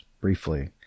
briefly